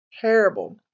terrible